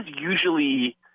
usually